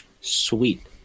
sweet